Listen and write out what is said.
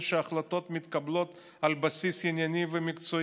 אף אחד לא יאמין שהחלטות מתקבלות על בסיס ענייני ומקצועי.